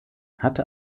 hatte